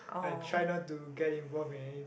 I try not to get involved in anything